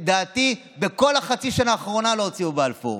לדעתי בכל חצי השנה האחרונה לא הוציאו על בלפור.